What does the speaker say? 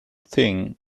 thing